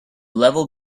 level